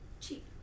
cheap